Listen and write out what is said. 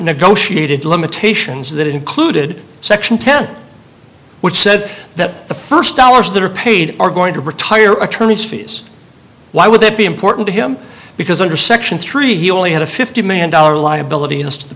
negotiated limitations that included section ten which said that the first dollars that are paid are going to retire attorney's fees why would that be important to him because under section three he only had a fifty million dollar liability as to the